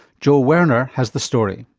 joel werner has the story.